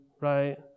right